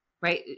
right